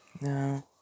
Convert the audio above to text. No